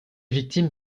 victimes